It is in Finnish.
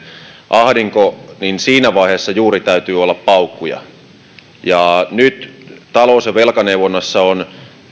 ahdinko juuri siinä vaiheessa täytyy olla paukkuja nyt talous ja velkaneuvonnassa on